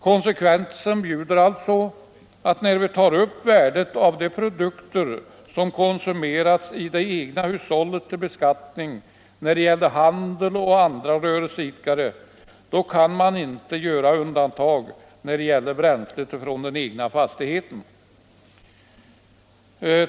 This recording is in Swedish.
Konsekvensen bjuder alltså att då vi tar upp värdet av de produkter som konsumerats i det egna hushållet till beskattning när det gäller personer som driver handel eller annan rörelse, så kan man inte göra undantag i fråga om bränslet från den egna fastigheten.